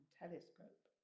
telescope